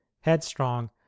headstrong